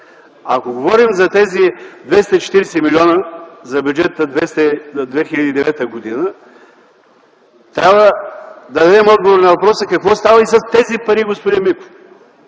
Ако говорим за тези 240 милиона лева от бюджета за 2009 г., трябва да дадем отговор на въпроса какво става и с тези пари, господин Миков!